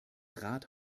rat